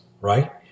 right